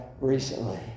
recently